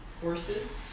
Horses